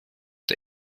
der